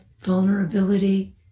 vulnerability